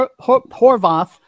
Horvath